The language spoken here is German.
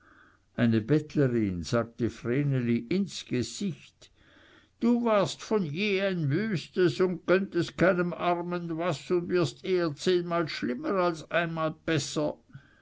eine bettlerin sagte vreneli ins gesicht du warst von je ein wüstes und gönntest keinem armen was und wirst eher zehnmal schlimmer als einmal besser